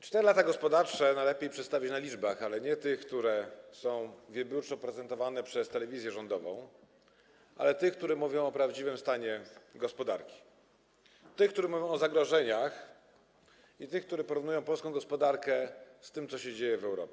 4 lata gospodarcze najlepiej przedstawić, posługując się liczbami, ale nie tymi, które są wybiórczo prezentowane przez telewizję rządową, ale tymi, które mówią o prawdziwym stanie gospodarki, tymi, które mówią o zagrożeniach, i tymi, które porównują stan polskiej gospodarki z tym, co się dzieje w Europie.